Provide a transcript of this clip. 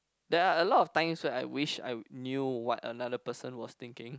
there are a lot of times where I wish I knew what another person was thinking